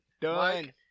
Done